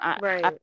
Right